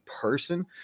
person